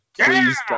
Please